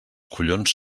collons